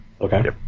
Okay